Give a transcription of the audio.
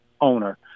owner